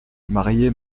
marier